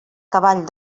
cavall